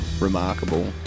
remarkable